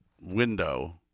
window